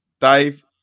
Dave